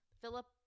Philip